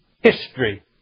History